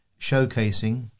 showcasing